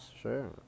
sure